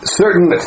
certain